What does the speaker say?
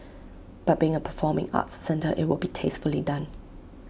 but being A performing arts centre IT will be tastefully done